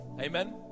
Amen